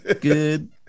Good